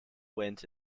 wins